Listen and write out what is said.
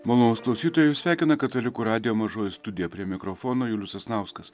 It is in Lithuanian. maolonus klausytojus sveikina katalikų radijo mažoji studija prie mikrofono julius sasnauskas